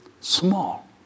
small